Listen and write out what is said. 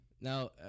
Now